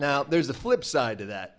now there's the flipside of that